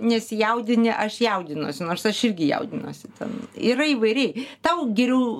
nesijaudini aš jaudinuosi nors aš irgi jaudinuosi ten yra įvairiai tau geriau